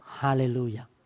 Hallelujah